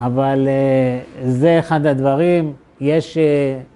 אבל זה אחד הדברים, יש...